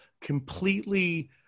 completely